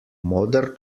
moder